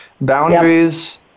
Boundaries